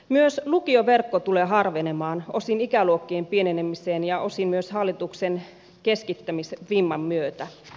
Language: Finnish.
myös lukioverkko tulee harvenemaan osin ikäluokkien pienenemisen ja osin myös hallituksen keskittämisvimman myötä